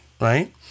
right